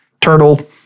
turtle